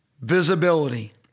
visibility